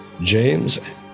James